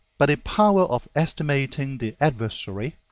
but a power of estimating the adversary,